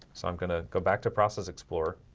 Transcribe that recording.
so i'm gonna go back to process explorer